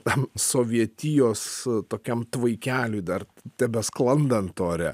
tam sovietijos tokiam tvaikeliui dar tebesklandant ore